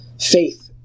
faith